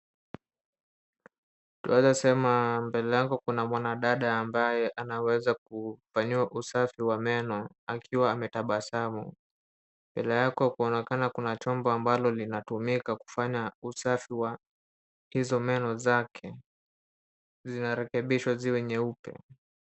Tunaeza sema mbele yangu kuna mwanadada ambaye anaweza kufanyiwa usafi wa meno akiwa ametabasamu. Mbele yake kunaonekana kuna chombo ambalo linatumika kufanya usafi wa hizo meno zake zinarekebishwa ziwe nyeupe.